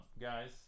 guys